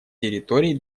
территорий